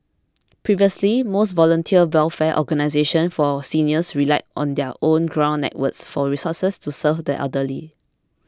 previously most voluntary welfare organisations for seniors relied on their own ground networks for resources to serve the elderly